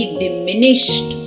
diminished